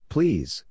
Please